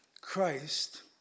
Christ